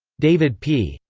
david p.